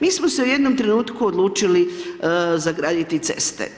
Mi smo se u jednom trenutku odlučili za graditi ceste.